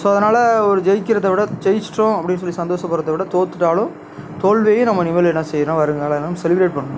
so அதனால் ஒரு ஜெயிக்கறதை விட ஜெயித்திட்டோம் அப்படின்னு சொல்லி சந்தோஷப்படறத விட தோற்றுட்டாலும் தோல்வியையும் நம்ம இனிமேல் என்ன செய்கிறோம் வருங்காலல்லாம் செலிப்ரேட் பண்ணணும்